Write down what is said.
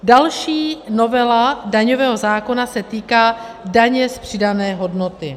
Další novela daňového zákona se týká daně z přidané hodnoty.